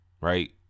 right